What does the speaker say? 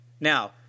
Now